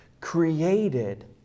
created